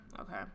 Okay